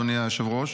אדוני היושב-ראש.